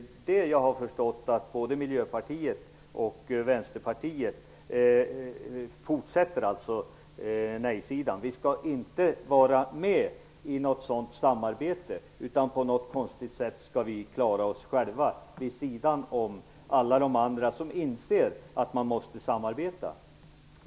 Jag har förstått att både Miljöpartiet och Vänsterpartiet fortsätter att driva nej-sidan. Vi skall inte vara med i något sådan samarbete utan på något konstigt sätt klara oss själva vid sidan om alla de andra som inser att man måste samarbeta.